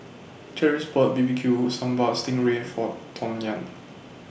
Cherise bought B B Q Sambal Sting Ray For Tawnya